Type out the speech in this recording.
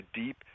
deep –